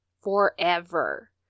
forever